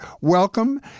welcome